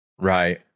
Right